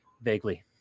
vaguely